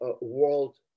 world